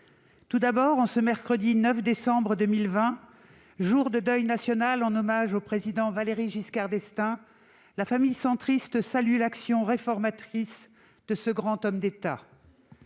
Tout d'abord, en ce mercredi 9 décembre 2020, jour de deuil national en hommage au Président Valéry Giscard d'Estaing, la famille centriste salue l'action réformatrice de ce grand homme d'État.